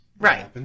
Right